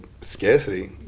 scarcity